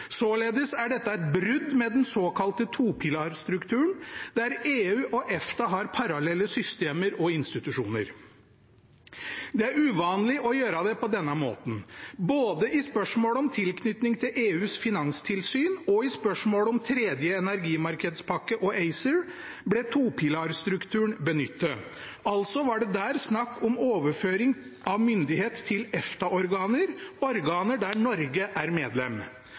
Således er dette et brudd med den såkalte topilarstrukturen, der EU og EFTA har parallelle systemer og institusjoner. Det er uvanlig å gjøre det på denne måten. Både i spørsmålet om tilknytning til EUs finanstilsyn og i spørsmålet om tredje energimarkedspakke og ACER ble topilarstrukturen benyttet, altså var det der snakk om overføring av myndighet til EFTA-organer – organer der Norge er medlem.